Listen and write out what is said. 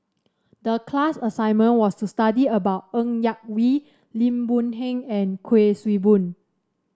the class assignment was to study about Ng Yak Whee Lim Boon Heng and Kuik Swee Boon